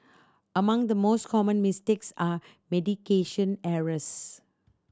among the most common mistakes are medication errors